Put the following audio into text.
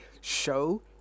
show